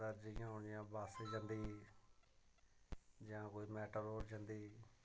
ज्यादातर जियां हून बस्स जन्दी जा कोई मेटाडोर जन्दी